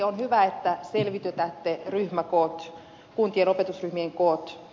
on hyvä että selvitytätte ryhmäkoot kuntien opetusryhmien koot